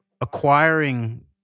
acquiring